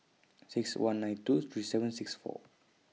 six one nine two three seven six four